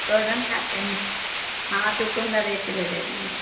सोहरन खाते हैं हाँ चुकन्दर एक किलो दे दीजिए